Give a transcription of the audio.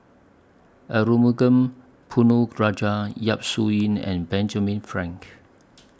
Arumugam Ponnu Rajah Yap Su Yin and Benjamin Frank